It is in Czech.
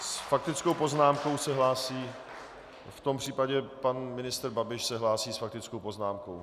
S faktickou poznámkou se hlásí v tom případě pan ministr Babiš se hlásí s faktickou poznámkou.